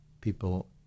people